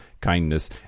kindness